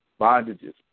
bondages